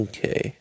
Okay